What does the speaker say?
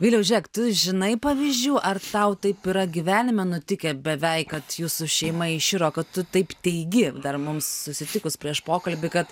vyliau žiūrėk tu žinai pavyzdžių ar tau taip yra gyvenime nutikę beveik kad jūsų šeima iširo kad tu taip teigi dar mums susitikus prieš pokalbį kad